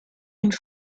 une